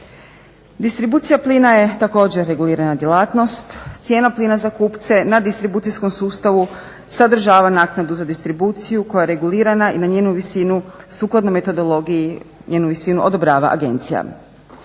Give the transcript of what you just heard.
Distribucija plina je također regulirana djelatnost. Cijena plina za kupce na distribucijskom sustavu sadržava naknadu za distribuciju koja je regulirana i na njenu visinu sukladno metodologiji njenu visinu odobrava agencija.